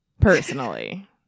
Personally